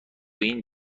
این